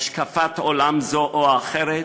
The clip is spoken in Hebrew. השקפת עולם זו או אחרת,